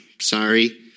sorry